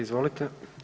Izvolite.